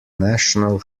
national